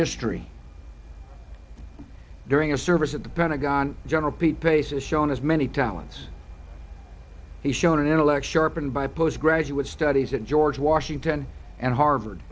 history during a service at the pentagon general pete pace is shown as many talents he's shown an intellect sharpened by post graduate studies at george washington and harvard